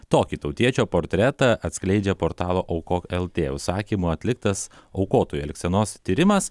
tokį tautiečio portretą atskleidžia portalo aukok lt užsakymu atliktas aukotojų elgsenos tyrimas